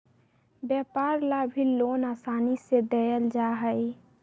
व्यापार ला भी लोन आसानी से देयल जा हई